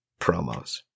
promos